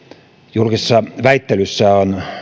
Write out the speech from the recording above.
julkisessa väittelyssä on